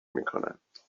میکنند